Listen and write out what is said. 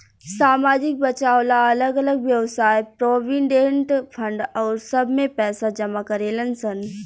सामाजिक बचाव ला अलग अलग वयव्साय प्रोविडेंट फंड आउर सब में पैसा जमा करेलन सन